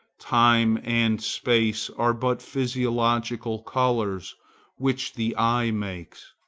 time and space are but physiological colors which the eye makes,